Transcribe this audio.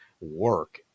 work